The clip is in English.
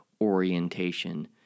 orientation